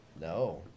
No